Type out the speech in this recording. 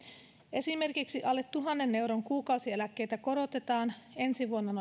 esimerkiksi alle tuhannen euron kuukausieläkkeitä korotetaan ensi vuonna